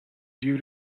due